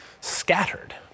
scattered